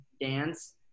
dance